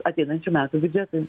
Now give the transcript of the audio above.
ateinančių metų biudžetui